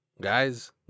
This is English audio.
guys